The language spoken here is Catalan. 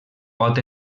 pot